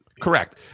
Correct